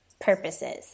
purposes